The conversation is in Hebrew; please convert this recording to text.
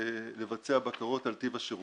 ולבצע בקרות על טיב השירות.